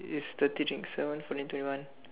is thirty think seven forty thirty one